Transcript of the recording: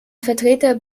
vertreter